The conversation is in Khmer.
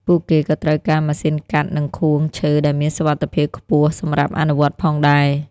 ពួកគេក៏ត្រូវការម៉ាស៊ីនកាត់និងខួងឈើដែលមានសុវត្ថិភាពខ្ពស់សម្រាប់អនុវត្តផងដែរ។